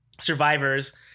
survivors